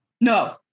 No